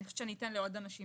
תודה על הדברים